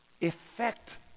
Effect